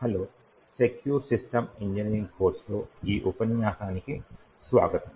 hello secure system engineering కోర్సులో ఈ ఉపన్యాసానికి స్వాగతం